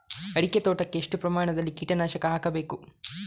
ಅಡಿಕೆ ತೋಟಕ್ಕೆ ಎಷ್ಟು ಪ್ರಮಾಣದಲ್ಲಿ ಕೀಟನಾಶಕ ಹಾಕಬೇಕು?